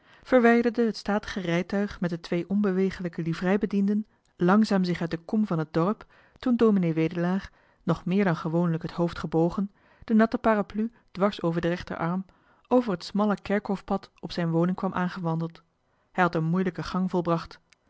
verwijderde het statige rijtuig met de twee onbewegelijke livreibedienden langzaam zich uit de kom van het dorp toen ds wedelaar nog meer dan gewoonlijk het hoofd gebogen de natte parapluie dwars onder den rechterarm over het smalle kerkhof pad op zijn woning kwam aangewandeld hij had een moeilijken gang volbracht